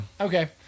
Okay